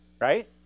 Right